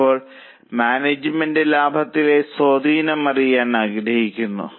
ഇപ്പോൾ മാനേജ്മെന്റ് ലാഭത്തിലെ സ്വാധീനം അറിയാൻ ആഗ്രഹിക്കുന്നു